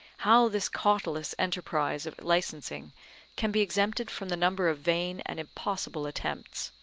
how this cautelous enterprise of licensing can be exempted from the number of vain and impossible attempts.